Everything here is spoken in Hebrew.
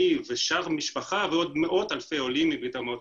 ושאר המשפחה ועוד מאות אלפי עולים מברית המועצות.